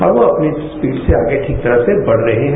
हम अपनी स्पीड से ठीक तरह से बढ़ रहे हैं